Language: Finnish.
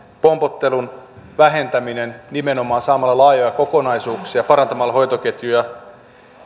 pompottelun vähentäminen nimenomaan saamalla laajoja kokonaisuuksia ja parantamalla hoitoketjuja